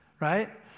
right